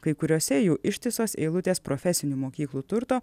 kai kuriose jų ištisos eilutės profesinių mokyklų turto